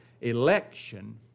Election